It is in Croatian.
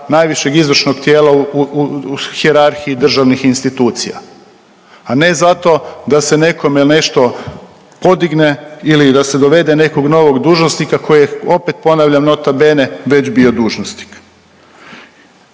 najvišeg izvršnog tijela u hijerarhiji državnih institucija, a ne zato da se nekome nešto podigne ili da se dovede nekog novog dužnosnika kojeg opet ponavljam nota bene, već bio dužnosnik.